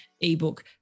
ebook